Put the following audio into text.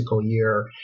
Year